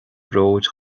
bróid